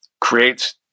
creates